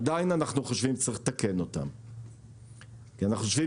אנחנו עדיין חושבים שצריך לתקן אותן כי אנחנו חושבים